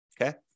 okay